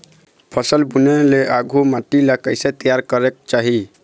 फसल बुने ले आघु माटी ला कइसे तियार करेक चाही?